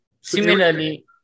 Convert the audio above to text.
similarly